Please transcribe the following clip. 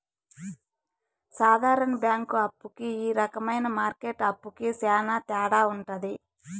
సాధారణ బ్యాంక్ అప్పు కి ఈ రకమైన మార్కెట్ అప్పుకి శ్యాన తేడా ఉంటది